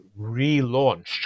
relaunched